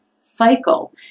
cycle